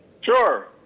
Sure